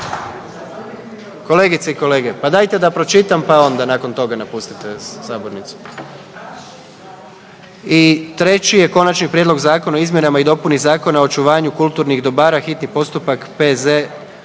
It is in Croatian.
Kolegice i kolege pa dajte da pročitam, pa onda nakon toga napustite sabornicu. I treći je: - Konačni prijedlog Zakona o izmjenama i dopunama Zakona o zaštiti i očuvanju kulturnih dobara, hitni postupak,